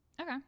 Okay